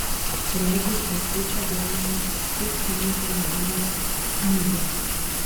regis beatričę domino tik vienintelis dalykas knygos